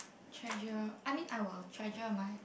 treasure I mean I will treasure my